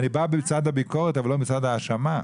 אני בא בצד הביקורת אבל לא בצד ההאשמה.